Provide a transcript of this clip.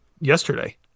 yesterday